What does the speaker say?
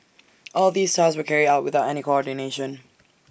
all these tasks were carried out without any coordination